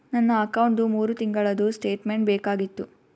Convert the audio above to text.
ನನ್ನ ಅಕೌಂಟ್ದು ಮೂರು ತಿಂಗಳದು ಸ್ಟೇಟ್ಮೆಂಟ್ ಬೇಕಾಗಿತ್ತು?